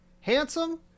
handsome